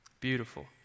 Beautiful